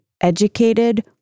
Educated